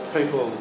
People